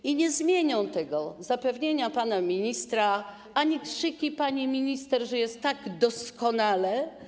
I nie zmienią tego zapewnienia pana ministra ani krzyki pani minister, że jest tak doskonale.